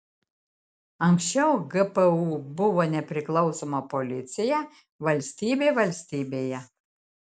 anksčiau gpu buvo nepriklausoma policija valstybė valstybėje